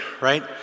right